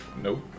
Nope